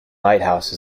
lighthouse